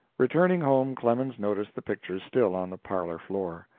returning home, clemens noticed the pictures still on the parlor floor.